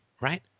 right